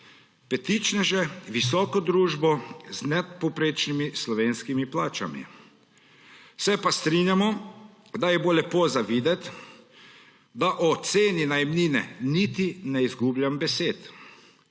petičneže, visoko družbo z nadpovprečnimi slovenskimi plačami. Se pa strinjamo, da bo lepo videti. Da o ceni najemnine niti ne izgubljam besed.